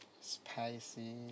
spicy